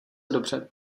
dobře